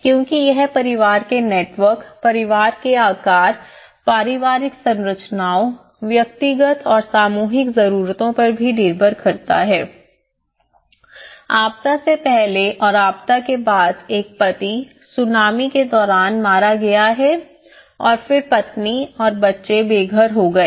क्योंकि यह परिवार के नेटवर्क परिवार के आकार पारिवारिक संरचनाओं व्यक्तिगत और सामूहिक जरूरतों पर भी निर्भर करता है आपदा से पहले और आपदा के बाद एक पति सूनामी के दौरान मारा गया है और फिर पत्नी और बच्चे बेघर हो गए